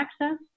access